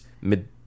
mid